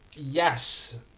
Yes